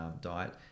diet